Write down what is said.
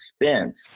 expense